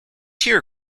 tear